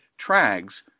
TRAGS